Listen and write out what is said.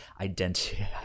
Identity